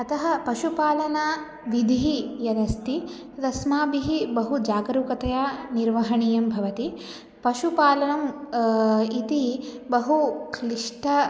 अतः पशुपालना विधिः या अस्ति तदस्माभिः बहु जागरूकतया निर्वहणीयं भवति पशुपालनम् इति बहु क्लिष्टा